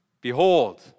Behold